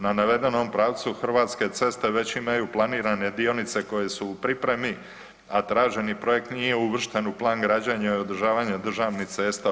Na navedenom pravcu Hrvatske već imaju planirane dionice koje su u pripremi, a traženi projekt nije uvršten u plan građenja i održavanja državnih cesta.